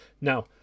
now